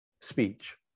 speech